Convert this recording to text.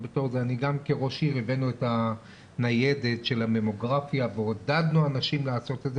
גם כראש עיר הבאנו את הניידת של הממוגרפיה ועודדנו נשים לעשות את זה